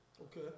Okay